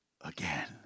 again